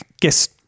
guess